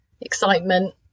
excitement